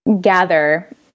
gather